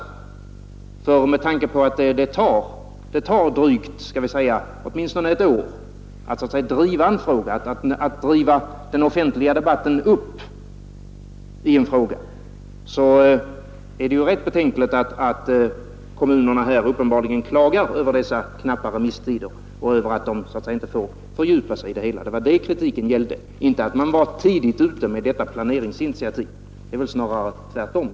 Tisdagen den Med tanke på att det tar drygt ett år att driva upp den offentliga 11 april 1972 debatten i en fråga är det ganska betänkligt att kommunerna här —L— — i ö St ö ; Ang. remissför uppenbarligen klagar över dessa knappa remisstider och över att de inte E k får fördjupa sig i det hela. farandet i anledning Det var det min kritik gällde, inte att man var tidigt ute med detta 2 Stort lokalt eller planeringsinitiativ. regionalt intresse